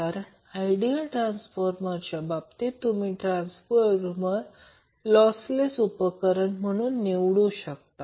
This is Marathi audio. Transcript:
कारण आयडियल ट्रान्सफॉर्मरच्या बाबतीत तुम्ही ट्रान्सफॉर्मर लॉसलेस उपकरण म्हणून निवडू शकता